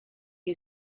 who